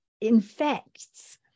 infects